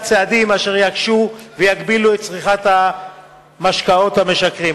צעדים אשר יקשו ויגבילו את צריכת המשקאות המשכרים.